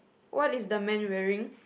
what is the man wearing